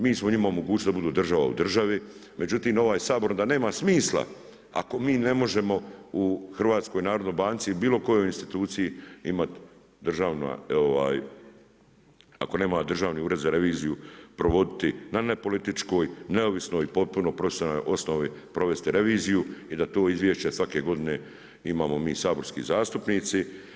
Mi smo njima omogućili da budu država u državi, međutim ovaj Sabor onda nema smisla ako mi ne možemo u HNB-u ili bilo kojoj instituciji imati ako nema Državni ured za reviziju provoditi na nepolitičkoj, neovisnoj, potpuno profesionalnoj osnovi provesti reviziju i da to izvješće svake godine imamo mi saborski zastupnici.